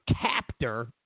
captor